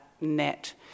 net